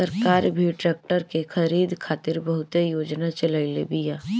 सरकार भी ट्रेक्टर के खरीद खातिर बहुते योजना चलईले बिया